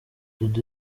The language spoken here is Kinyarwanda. dudu